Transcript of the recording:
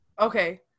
Okay